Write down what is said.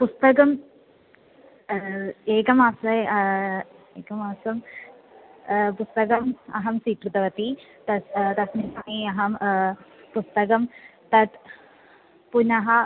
पुस्तकम् एकमासे एकमासं पुस्तकम् अहं स्वीकृतवती त तस्मिन् समये अहं पुस्तकं तत् पुनः